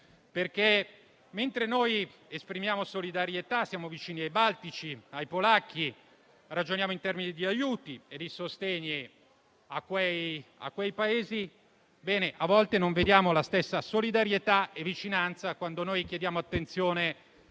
perché mentre noi esprimiamo solidarietà e siamo vicini ai baltici, ai polacchi, ragioniamo in termini di aiuti e di sostegni a quei Paesi, a volte non vediamo la stessa solidarietà e vicinanza quando chiediamo attenzione